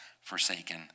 forsaken